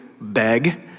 beg